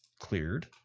cleared